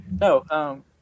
No